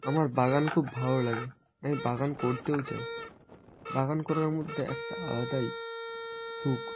আমার বাগান খুব ভালো লাগে আমি বাগান করতেও চাই বাগান করার মধ্যে একটা আলাদাই সুখ